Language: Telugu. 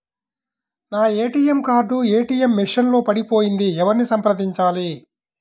నా ఏ.టీ.ఎం కార్డు ఏ.టీ.ఎం మెషిన్ లో పడిపోయింది ఎవరిని సంప్రదించాలి?